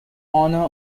honor